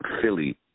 Philly